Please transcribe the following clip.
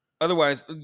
Otherwise